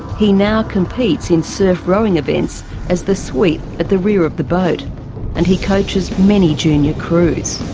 he now competes in surf rowing events as the sweep at the rear of the boat and he coaches many junior crews.